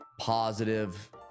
positive